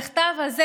המכתב הזה,